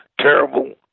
terrible